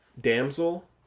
Damsel